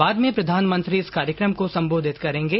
बाद में प्रधानमंत्री इस कार्यक्रम को संबोधित करेंगे